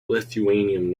lithuanian